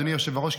אדוני היושב-ראש,